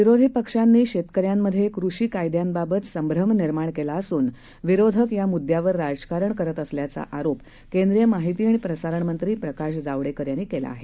विरोधी पक्षांनी शेतकऱ्यांमध्ये कृषी कायद्यांबाबत संभ्रम निर्माण केला असून विरोधक या मुद्द्यावर राजकारण करत असल्याचा आरोप केंद्रीय माहिती आणि प्रसारण मंत्री प्रकाश जावडेकर यांनी केला आहे